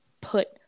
put